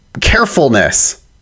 carefulness